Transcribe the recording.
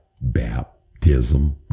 baptism